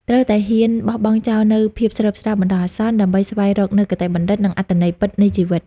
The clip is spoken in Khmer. គេត្រូវតែហ៊ានបោះបង់ចោលនូវភាពស្រើបស្រាលបណ្ដោះអាសន្ន ដើម្បីស្វែងរកនូវគតិបណ្ឌិត និងអត្ថន័យពិតនៃជីវិត។